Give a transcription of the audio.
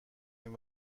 این